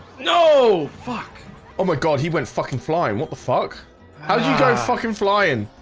no, fuck oh my god, he went fucking flying. what the fuck how did you guys fucking flying?